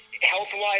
health-wise